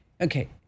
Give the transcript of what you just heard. Okay